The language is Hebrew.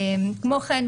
כמו כן,